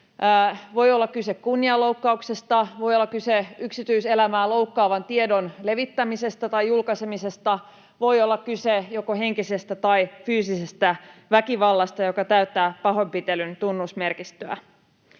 Voi olla kyse kunnianloukkauksesta, voi olla kyse yksityiselämää loukkaavan tiedon levittämisestä tai julkaisemisesta, voi olla kyse joko henkisestä tai fyysisestä väkivallasta, joka täyttää pahoinpitelyn tunnusmerkistön.